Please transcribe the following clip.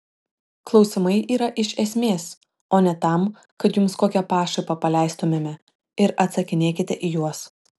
klausimai yra iš esmės o ne tam kad jums kokią pašaipą paleistumėme ir atsakinėkite į juos